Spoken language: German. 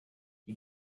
die